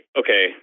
okay